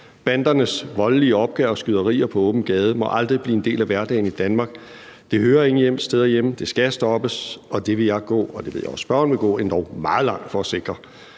Bandernes voldelige opgør og skyderier på åben gade må aldrig blive en del af hverdagen i Danmark. Det hører ingen steder hjemme, det skal stoppes, og det vil jeg gå og det ved jeg også spørgeren vil gå endog meget langt for at sikre.